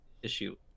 issue